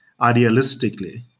idealistically